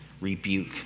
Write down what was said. rebuke